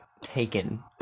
taken